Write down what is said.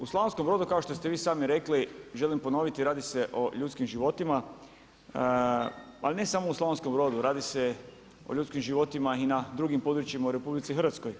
U Slavonskom Brodu kao što ste vi sami rekli, želim ponoviti radi se o ljudskim životima, ali ne samo u Slavonskom Brodu, radi se o ljudskim životima i na drugim područjima u RH.